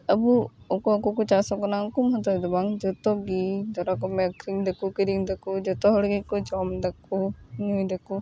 ᱟᱵᱚ ᱚᱠᱚᱭ ᱠᱚ ᱠᱚ ᱪᱟᱥ ᱟᱵᱚᱱᱟ ᱩᱱᱠᱩ ᱢᱚᱛᱚ ᱫᱚ ᱵᱟᱝ ᱡᱚᱛᱚ ᱜᱮ ᱫᱷᱚᱨᱟ ᱠᱟᱜᱢᱮ ᱟᱹᱠᱷᱟᱨᱤᱧ ᱮᱫᱟᱠᱚ ᱠᱤᱨᱤᱧ ᱮᱫᱟᱠᱚ ᱡᱚᱛᱚ ᱦᱚᱲ ᱜᱮᱠᱚ ᱡᱚᱢ ᱮᱫᱟ ᱠᱚ ᱧᱩᱭᱮᱫᱟ ᱠᱚ